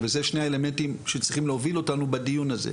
וזה שני האלמנטים שצריכים להוביל אותנו בדיון הזה.